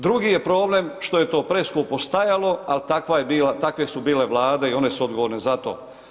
Drugi je problem što je to preskupo stajalo, ali takve su bile vlade i one su odgovorne za to.